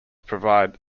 provide